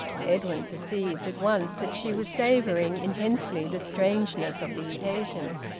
edwin perceived at once that she was savouring intensely the strangeness of the occasion,